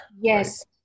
yes